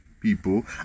people